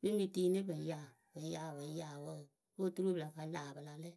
pɨ ŋ mɨ tiini pɨ ŋ yaa pɨ ŋ yaa pɨ ŋ yaa wǝǝ o po turu pɨ la ya pɨ la lɛ.